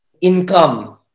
income